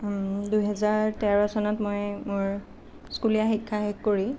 দুহেজাৰ তেৰ চনত মই মোৰ স্কুলীয়া শিক্ষা শেষ কৰি